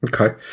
Okay